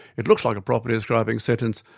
it looks like a property describing sentence,